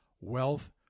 wealth